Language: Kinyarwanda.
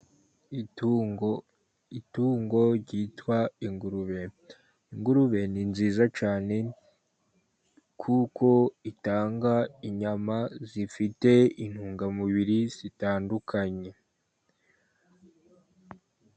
Itungo, itungo ryitwa ingurube. Ingurube ni nziza cyane kuko itanga inyama zifite intungamubiri zitandukanye.